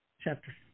chapter